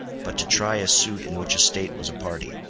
but to try a suit in which a state was a party.